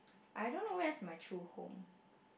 I don't know where's my true home